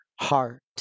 heart